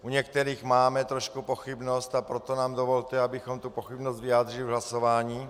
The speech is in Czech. U některých máme trochu pochybnost, a proto nám dovolte, abychom tu pochybnost vyjádřili v hlasování.